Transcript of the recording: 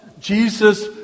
Jesus